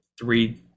three